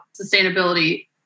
sustainability